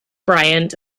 bryant